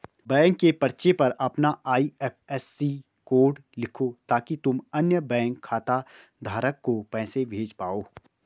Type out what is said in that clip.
bank के पर्चे पर अपना आई.एफ.एस.सी कोड लिखो ताकि तुम अन्य बैंक खाता धारक को पैसे भेज पाओ